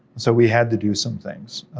so we had to do some things.